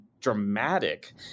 dramatic